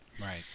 Right